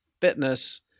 fitness